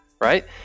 Right